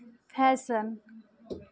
fashion